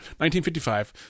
1955